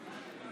58, אין